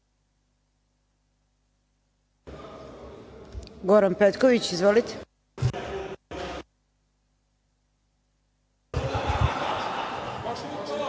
Goran Petković. Izvolite.